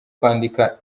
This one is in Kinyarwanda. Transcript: kwandika